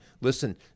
Listen